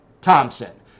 Thompson